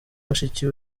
mushiki